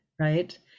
right